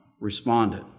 responded